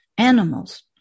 Animals